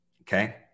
okay